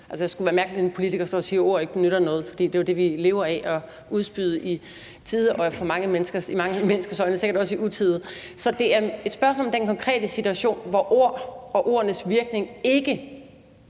Det skulle være mærkeligt, at en politiker står og siger, at ord ikke nytter noget, for det er jo det, vi lever af at udspy i tide og i mange menneskers øjne sikkert også utide. Så det er et spørgsmål om den konkrete situation, hvor ord og ordenes virkning ikke